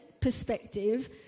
perspective